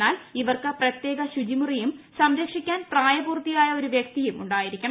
എന്നാൽ ഇവർക്ക് പ്രത്യേക ശുചിമുറിയും സംരക്ഷിക്കാൻ പ്രായപൂർത്തിയായ ഒരു വ്യക്തിയും ഉണ്ടായിരിക്കണം